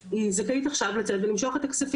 אנחנו ממש בוחנים כל מקרה לגופו,